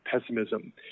pessimism